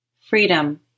Freedom